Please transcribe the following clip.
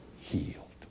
healed